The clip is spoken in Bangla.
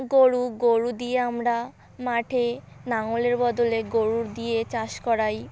গোরু গোরু দিয়ে আমরা মাঠে লাঙলের বদলে গোরু দিয়ে চাষ করাই